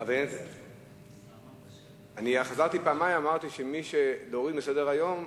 אבל חזרתי פעמיים ואמרתי שמי שבעד להוריד מסדר-היום,